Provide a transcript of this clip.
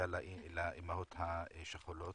שהייתה לאימהות השכולות.